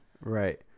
Right